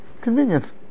convenience